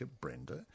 Brenda